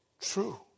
true